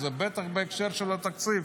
בטח בהקשר של התקציב.